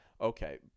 Okay